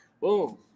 Boom